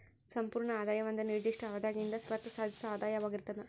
ಸಂಪೂರ್ಣ ಆದಾಯ ಒಂದ ನಿರ್ದಿಷ್ಟ ಅವಧ್ಯಾಗಿಂದ್ ಸ್ವತ್ತ ಸಾಧಿಸೊ ಆದಾಯವಾಗಿರ್ತದ